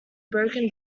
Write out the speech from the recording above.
broken